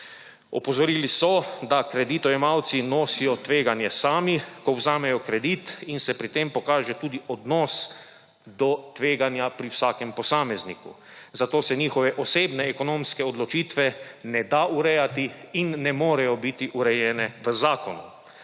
Opozorili so, da kreditojemalci nosijo tveganje sami, ko vzamejo kredit, in se pri tem pokaže tudi odnos do tveganja pri vsakem posamezniku, zato se njihove osebne ekonomske odločitve ne da urejati in ne morejo biti urejene v zakonu.